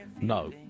No